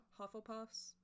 Hufflepuffs